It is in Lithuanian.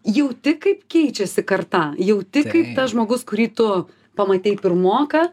jauti kaip keičiasi karta jauti kaip tas žmogus kurį tu pamatei pirmoką